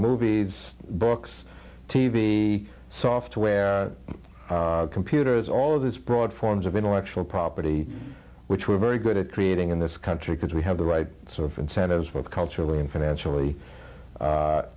movies books t v software computers all of this broad forms of intellectual property which we're very good at creating in this country because we have the right sort of incentives both culturally and financially